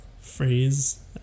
phrase